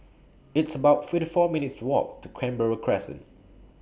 It's about fifty four minutes' Walk to Canberra Crescent